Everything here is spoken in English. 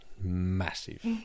massive